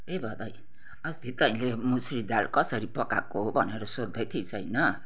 ए भदै अस्ति तैँले मुसुरी दाल कसरी पकाएको भनेर सोध्दै थिइस् होइन